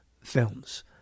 films